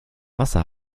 wasser